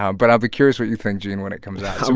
um but i'll be curious what you think, gene, when it comes out.